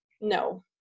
no